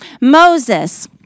Moses